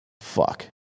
fuck